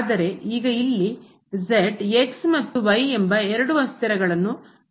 ಆದರೆ ಈಗ ಇಲ್ಲಿ ಮತ್ತು ಎರಡು ಅಸ್ಥಿರಗಳನ್ನು ಅವಲಂಬಿಸಿರುತ್ತದೆ